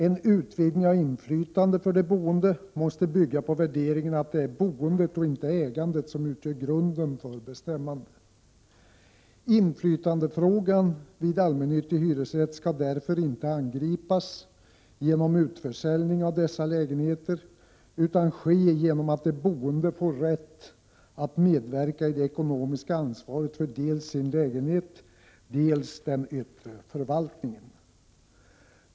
En utvidgning av inflytande för de boende måste bygga på värderingen att det är boendet och inte ägandet som utgör grunden för bestämmande. Inflytandefrågan vid allmännyttig hyresrätt skall därför inte angripas genom utförsäljning av dessa lägenheter utan ske genom att de boende får rätt att medverka i det ekonomiska ansvaret för dels sin lägenhet, dels den yttre förvaltningen.